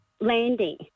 landing